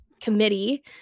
committee